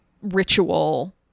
ritual